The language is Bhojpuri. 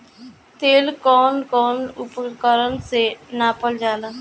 तेल कउन कउन उपकरण से नापल जाला?